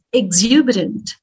Exuberant